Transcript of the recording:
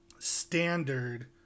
standard